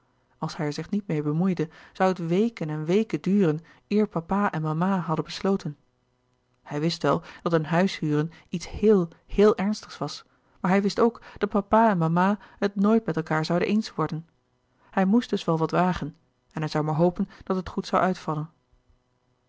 als hij er zich niet meê bemoeide zoû het weken en weken duren eer papa en mama hadden besloten hij wist wel dat een huis huren iets heel heel ernstigs was maar hij louis couperus de boeken der kleine zielen wist ook dat papa en mama het nooit met elkaâr zouden eens worden hij moest dus wel wat wagen en hij zoû maar hopen dat het goed zoû uitvallen